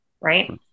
right